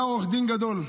היה עורך דין גדול,